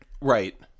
right